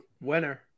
Winner